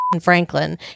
franklin